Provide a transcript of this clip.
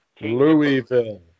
Louisville